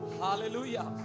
Hallelujah